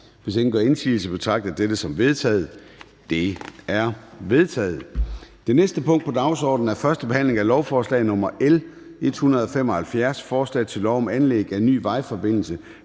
Hvis ingen gør indsigelse, betragter jeg dette som vedtaget. Det er vedtaget. --- Det næste punkt på dagsordenen er: 2) 1. behandling af lovforslag nr. L 181: Forslag til lov om ændring